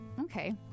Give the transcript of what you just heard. okay